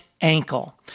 Ankle